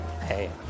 Hey